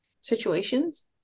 situations